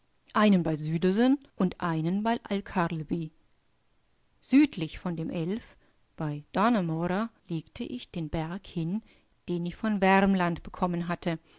einen bei süderson und einen bei alkarleby südlich von dem elf bei dannemora legte ich den berg hin den ich von wärmland bekommen hatte